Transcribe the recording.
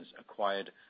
acquired